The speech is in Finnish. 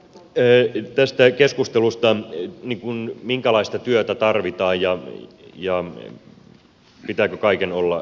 sitten tästä keskustelusta minkälaista työtä tarvitaan ja pitääkö kaiken olla kannustavaa ja näin